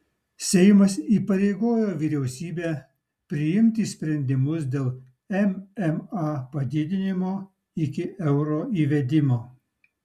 seimas įpareigojo vyriausybę priimti sprendimus dėl mma padidinimo iki euro įvedimo